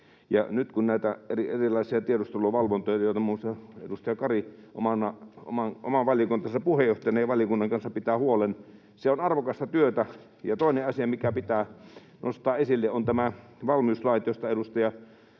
Nyt on näitä erilaisia tiedusteluvalvontoja, joista muun muassa edustaja Kari oman valiokuntansa puheenjohtajana ja valiokunnan kanssa pitää huolen. Se on arvokasta työtä. Toinen asia, mikä pitää nostaa esille, on nämä valmiuslait, joista edustaja